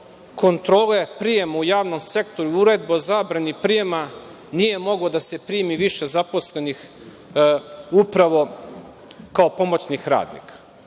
kontrole prijema u javnom sektoru, uredba o zabrani prijema nije moglo da se primi više zaposlenih upravo kao pomoćnih radnika? Ono